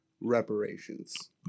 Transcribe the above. reparations